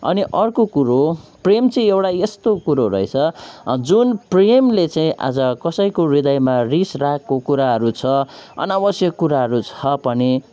अनि अर्को कुरो प्रेम चाहिँ एउटा यस्तो कुरो रहेछ जुन प्रेमले चाहिँ आज कसैको हृदयमा रिसरागको कुराहरू छ अनावश्यक कुरा छ पनि